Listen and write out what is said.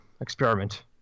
experiment